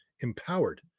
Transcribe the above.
empowered